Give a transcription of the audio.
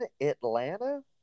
Atlanta